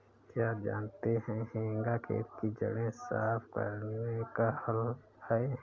क्या आप जानते है हेंगा खेत की जड़ें साफ़ करने का हल है?